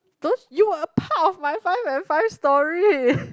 though you are part of my five and five story